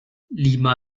lima